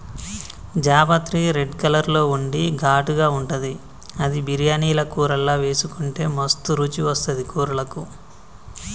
జాపత్రి red colour లో ఉండి ఘాటుగా ఉంటది అది బిర్యానీల కూరల్లా వేసుకుంటే మస్తు రుచి వస్తది కూరలకు